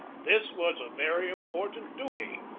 this was a very important duty.